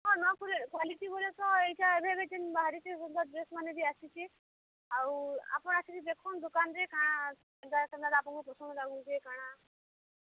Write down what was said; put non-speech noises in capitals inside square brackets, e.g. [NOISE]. ହଁ [UNINTELLIGIBLE] କ୍ୱାଲିଟି ବେଲେ ତ ଏଇଟା ଏବେ ବାହାରିଛେ ସୁନ୍ଦର ଡ୍ରେସ୍ ମାନେ ବି ଆସିଛେ ଆଉ ଆପଣ ଆସିକି ଦେଖୁନ୍ ଦୋକାନ୍ରେ କାଣା କେନ୍ତା ଆପଣଙ୍କୁ ପସନ୍ଦ ଲାଗୁଛେ କାଣା